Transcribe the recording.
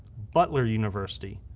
butler university,